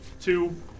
two